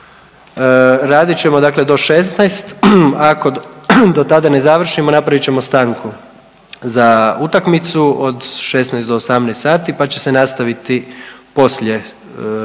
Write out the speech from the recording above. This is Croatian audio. radit ćemo do 16 ako do tada ne završimo napravit ćemo stanku za utakmicu od 16 do 18 sati pa će se nastaviti poslije toga